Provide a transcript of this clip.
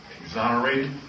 exonerated